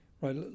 right